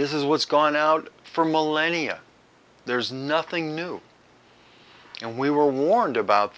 this is what's gone out for millennia there is nothing new and we were warned about